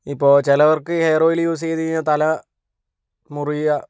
ഇപ്പോൾ ചിലർക്ക് hair oil use ചെയ്തു കഴിഞ്ഞാൽ തല മുറിയുക